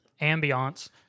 ambiance